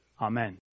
Amen